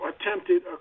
attempted